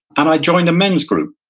and i joined a men's group,